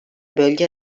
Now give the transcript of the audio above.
bölge